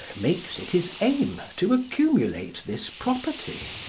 makes it his aim to accumulate this property,